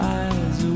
eyes